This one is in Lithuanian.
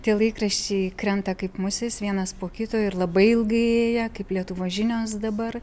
tie laikraščiai krenta kaip musės vienas po kito ir labai ilgai ėję kaip lietuvos žinios dabar